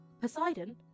Poseidon